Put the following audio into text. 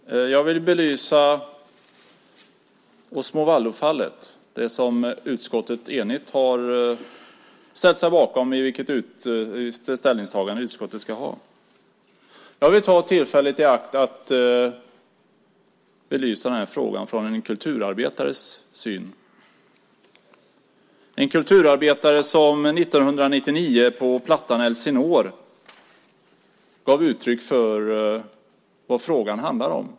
Herr talman! Jag vill belysa Osmo Vallo-fallet - det som utskottet enigt har ställt sig bakom när det gäller vilket ställningstagande utskottet ska göra. Jag tar tillfället i akt att belysa frågan från en kulturarbetares synvinkel. Det är en kulturarbetare som 1999 på plattan Elsinore gav uttryck för vad frågan handlar om.